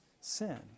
sin